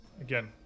Again